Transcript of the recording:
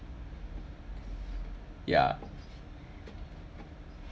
ya